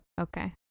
Okay